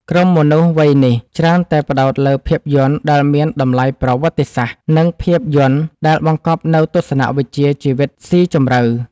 ក្រុមមនុស្សវ័យនេះ ច្រើនតែផ្ដោតលើភាពយន្តដែលមានតម្លៃប្រវត្តិសាស្ត្រ និងភាពយន្តដែលបង្កប់នូវទស្សនវិជ្ជាជីវិតស៊ីជម្រៅ។